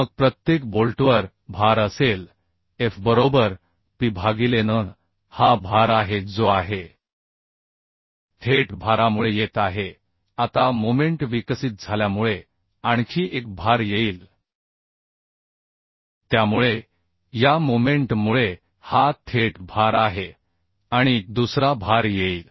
मग प्रत्येक बोल्टवर भार असेल F बरोबर P भागिले n हा भार आहे जो आहे थेट भारामुळे येत आहे आता मोमेंट विकसित झाल्यामुळे आणखी एक भार येईल त्यामुळे या मोमेंट मुळे हा थेट भार आहे आणि दुसरा भार येईल